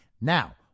Now